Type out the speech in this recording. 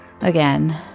Again